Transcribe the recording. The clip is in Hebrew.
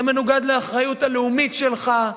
זה מנוגד לאחריות הלאומית שלך,